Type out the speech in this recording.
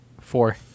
Four